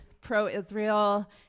pro-Israel